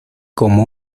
como